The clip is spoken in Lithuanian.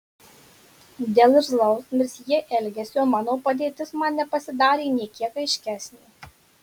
dėl irzlaus mesjė elgesio mano padėtis man nepasidarė nė kiek aiškesnė